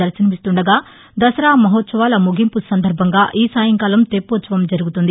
దర్శనమిస్తుండగా దసరా మహోత్సవాల ముగింపు సందర్బంగా ఈ సాయంకాలం తెప్పోత్సవం జరుగుతుంది